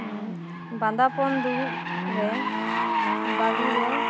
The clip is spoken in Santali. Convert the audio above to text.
ᱵᱟᱫᱟᱯᱚᱱ ᱫᱩᱲᱩᱵ ᱨᱮ ᱵᱟᱹᱦᱩ ᱫᱚ